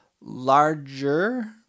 larger